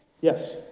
Yes